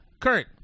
Kurt